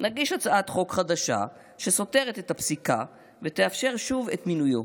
נגיש הצעת חוק חדשה שסותרת את הפסיקה ותאפשר שוב את מינויו.